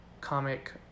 comic